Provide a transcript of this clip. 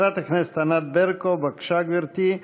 חברת הכנסת ענת ברקו, בבקשה, גברתי.